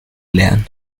lernt